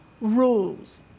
rules